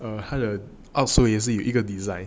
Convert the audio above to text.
err 他的 outsole 也是有一个 design